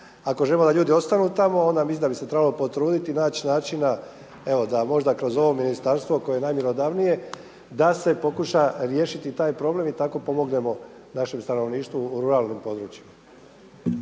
ako želimo da ljudi ostanu tamo onda mislim da bi se trebalo potruditi i naći načina evo da možda kroz ovo ministarstvo koje je najmjerodavnije da se pokuša riješiti taj problem i tako pomognemo našem stanovništvu u ruralnom području.